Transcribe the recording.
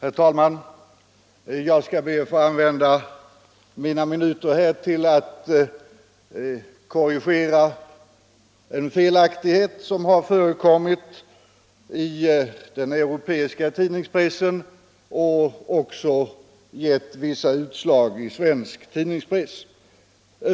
Herr talman! Jag skall be att få använda mina minuter här till att korrigera en felaktighet som har förekommit i den europeiska tidningspressen och som också givit vissa utslag i svenska tidningar.